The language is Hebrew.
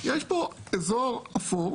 יש פה אזור אפור